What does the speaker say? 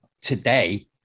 today